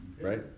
Right